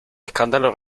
escándalo